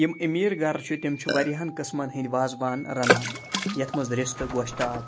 یِم امیٖر گَرٕ چھِ تِم چھِ واریاہَن قٕسمَن ہٕنٛدۍ وازوان رَنان یَتھ منٛز رِستہٕ گۄشتاب